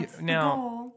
now